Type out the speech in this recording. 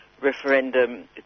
referendum